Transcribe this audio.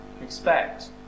expect